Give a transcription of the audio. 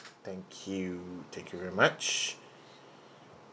thank you thank you very much